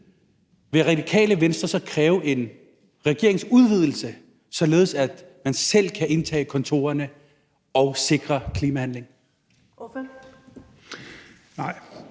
vil Radikale Venstre så kræve en regeringsudvidelse, således at man selv kan indtage kontorerne og sikre klimahandling?